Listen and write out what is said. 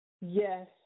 Yes